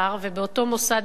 ובאותו מוסד או"ם,